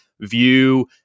view